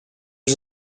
was